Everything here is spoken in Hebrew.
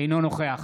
אינו נוכח